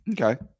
Okay